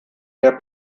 mehr